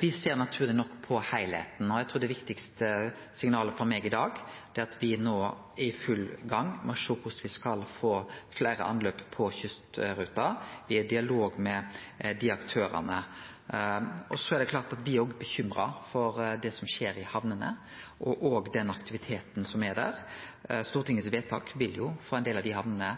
Vi ser naturleg nok på heilskapen, og eg trur det viktigaste signalet frå meg i dag er at me no er i full gang med å sjå på korleis me skal få fleire anløp på kystruta i dialog med aktørane. Det er klart at me òg er bekymra for det som skjer i hamnene, og den aktiviteten som er der. Stortingets vedtak vil jo for ein del av dei